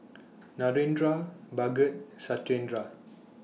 Narendra Bhagat Satyendra